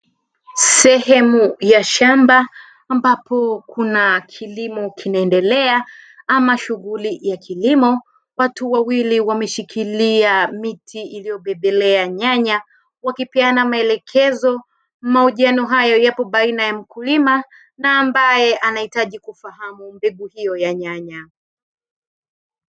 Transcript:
Sehemu ya shamba ambapo kuna kilimo kinaendelea ama shughuli ya kilimo watu wawili wameshikilia miti iliyobebelea nyanya wakipeana maelekezo mahojiano hayo yapo baina ya mkulima na ambaye anahitaji kufahamu mbegu hiyo ya nyanya.